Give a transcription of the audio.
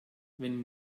wenn